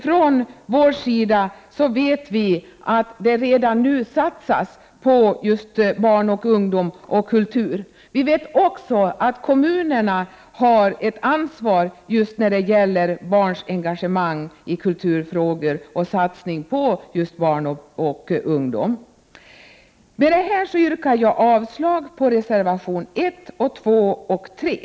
Från vår sida vet vi att det redan nu satsas på barn och ungdom och kultur. Vi vet också att kommunerna har ett ansvar just när det gäller barns engagemang i kulturfrågor och satsningen på barn och ungdom. Med detta yrkar jag avslag på reservation 1, 2 och 3.